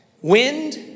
Wind